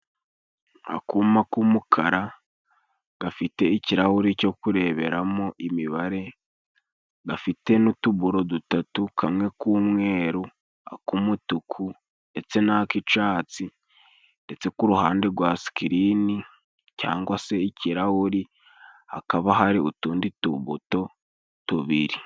Akuma k'umukara gafite ikirahure cyo kureberamo imibare, gafite n'utuburo dutatu kamwe k'umweru , ak'umutuku ndetse n'ak'icatsi. Ndetse k'uruhande rwa sikirini, cyangwa se ikirahuri hakaba hari utundi tubuto tubiri.